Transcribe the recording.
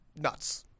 nuts